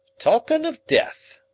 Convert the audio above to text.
talkin' of death,